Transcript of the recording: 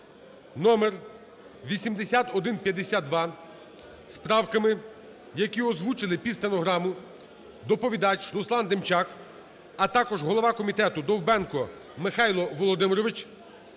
(№ 8152) з правками, які озвучили під стенограму доповідач Руслан Демчак, а також голова комітету Довбенко Михайло Володимирович,